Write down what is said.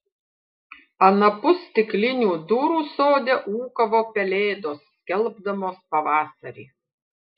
anapus stiklinių durų sode ūkavo pelėdos skelbdamos pavasarį